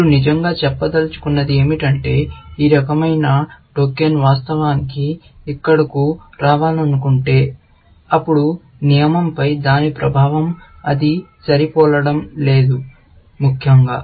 మీరు నిజంగా చెప్పదలచుకున్నది ఏమిటంటే ఈ రకమైన టోకెన్ వాస్తవానికి ఇక్కడకు రావాలనుకుంటే అప్పుడు నియమంపై దాని ప్రభావం అది సరిపోలడం లేదు ముఖ్యంగా